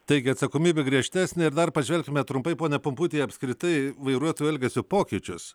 taigi atsakomybė griežtesnė ir dar pažvelkime trumpai pone pumputi apskritai vairuotojų elgesio pokyčius